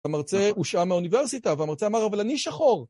המרצה הושהה האוניברסיטה, והמרצה אמר, אבל אני שחור.